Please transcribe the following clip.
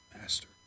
master